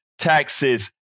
Taxes